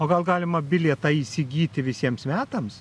o gal galima bilietą įsigyti visiems metams